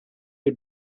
you